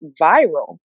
viral